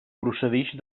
procedix